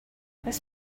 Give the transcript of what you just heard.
this